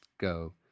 go